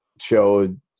showed